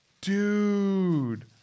dude